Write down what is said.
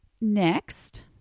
next